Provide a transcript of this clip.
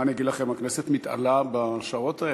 מה אגיד לכם, הכנסת מתעלה בשעות האלה.